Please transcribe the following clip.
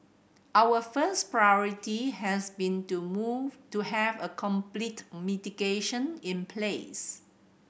our first priority has been to have a complete mitigation in place